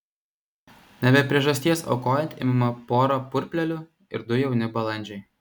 ne be priežasties aukojant imama pora purplelių ir du jauni balandžiai